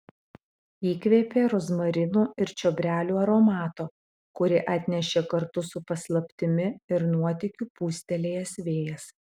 įkvėpė rozmarinų ir čiobrelių aromato kurį atnešė kartu su paslaptimi ir nuotykiu pūstelėjęs vėjas